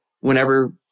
whenever